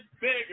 bigger